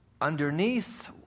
underneath